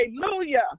Hallelujah